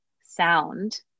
sound